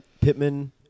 Pittman